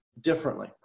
differently